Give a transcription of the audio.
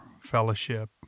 fellowship